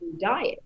diet